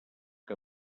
que